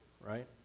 right